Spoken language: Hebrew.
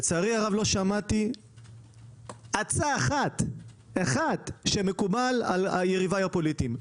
לצערי הרב לא שמעתי אפילו דבר אחד שמקובל על יריביי הפוליטיים,